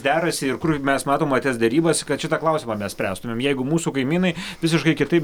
derasi ir kur mes matom va tas derybas kad šitą klausimą mes spręstumėm jeigu mūsų kaimynai visiškai kitaip